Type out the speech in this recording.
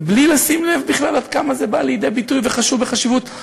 ובלי לשים לב בכלל עד כמה זה בא לידי ביטוי בחשיבות של